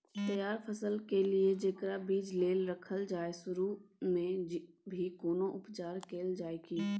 तैयार फसल के लिए जेकरा बीज लेल रखल जाय सुरू मे भी कोनो उपचार कैल जाय की?